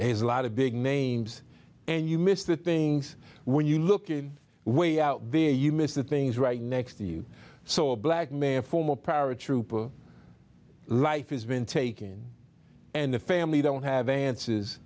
has a lot of big names and you miss the things when you look at way out there you miss the things right next to you so a black mayor former paratrooper life has been taken and the family don't have answers